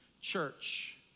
church